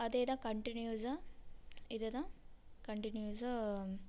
அதே தான் கண்டினியூஸாக இதை தான் கண்டினியூஸாக